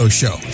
show